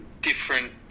different